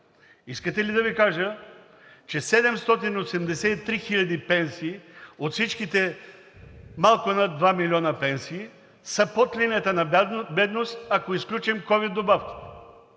Искате ли да Ви кажа, че 83 хиляди пенсии от всичките малко над два милиона пенсии са под линията на бедност, ако изключим ковид добавките?!